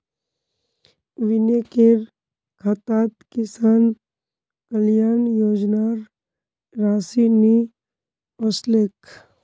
विनयकेर खातात किसान कल्याण योजनार राशि नि ओसलेक